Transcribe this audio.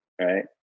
right